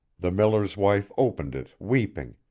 the miller's wife opened it weeping,